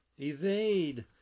evade